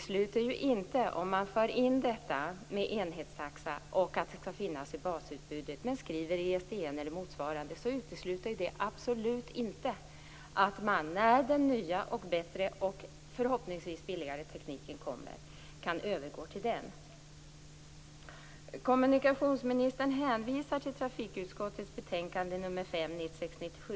Om man inför detta med enhetstaxa och att det skall finnas i basutbudet men skriver ISDN eller motsvarande, utesluter det ju absolut inte att man kan övergå till den nya, bättre och förhoppningsvis billigare tekniken när den kommer. Kommunikationsministern hänvisar till trafikutskottets betänkande nr 5 1996/97.